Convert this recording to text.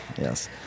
yes